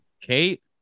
Kate